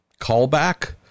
callback